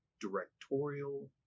directorial